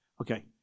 okay